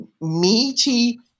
Meaty